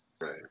Right